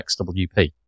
XWP